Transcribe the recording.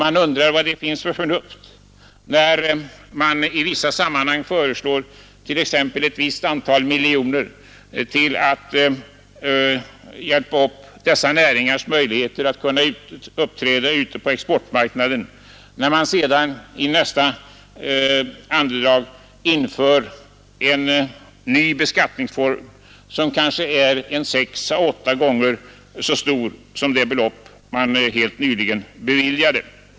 Man undrar vad det finns för förnuft när man i vissa sammanhang föreslår t.ex. ett visst antal miljoner kronor till att hjälpa upp dessa näringars möjligheter att uppträda ute på exportmarknaden och så i nästa andedrag inför en ny beskattningsform som kanske är 6 å 8 gånger så stor som det belopp man helt nyligen beviljat.